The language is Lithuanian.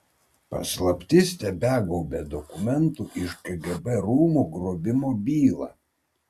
paslaptis tebegaubia dokumentų iš kgb rūmų grobimo bylą